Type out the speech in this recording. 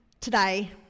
today